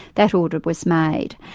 that order was made,